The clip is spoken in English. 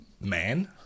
man